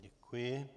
Děkuji.